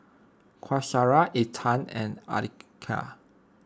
Qaisara Intan and Aqilah